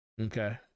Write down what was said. okay